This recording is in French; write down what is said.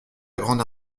grande